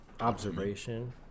observation